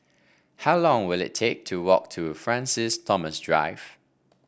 how long will it take to walk to Francis Thomas Drive